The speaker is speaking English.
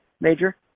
Major